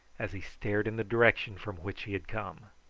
as he stared in the direction from which he had come.